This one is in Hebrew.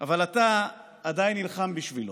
אבל אתה עדיין נלחם בשבילו,